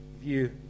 view